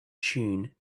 tune